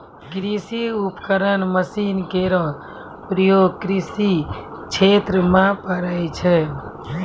कृषि उपकरण मसीन केरो प्रयोग कृषि क्षेत्र म पड़ै छै